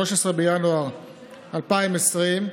13 בינואר 2020,